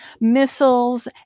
missiles